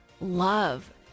love